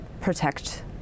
protect